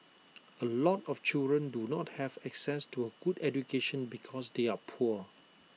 A lot of children do not have access to A good education because they are poor